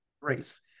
race